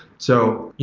so,